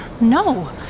No